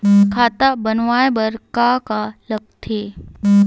खाता बनवाय बर का का लगथे?